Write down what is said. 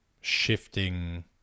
shifting